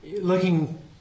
looking